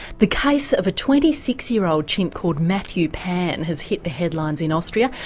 the case of a twenty six year old chimp called matthew pan has hit the headlines in austria,